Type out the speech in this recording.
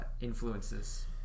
Influences